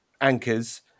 anchors